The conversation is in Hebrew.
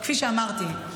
כפי שאמרתי,